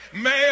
Man